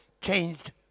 changed